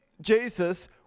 Jesus